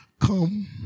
Come